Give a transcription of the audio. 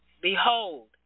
Behold